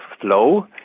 flow